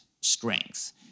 strength